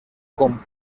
con